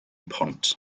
pont